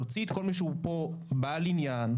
נוציא את כל מי שהוא פה בעל עניין,